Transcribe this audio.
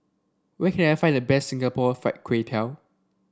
where can I find the best Singapore Fried Kway Tiao